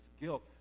guilt